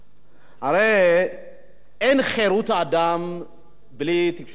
הרי אין חירות אדם בלי תקשורת חופשית,